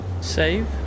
Save